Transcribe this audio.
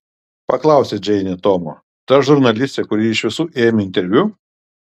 paklausė džeinė tomo ta žurnalistė kuri iš visų ėmė interviu